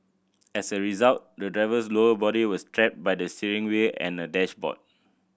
as a result the driver's lower body was trapped by the steering wheel and dashboard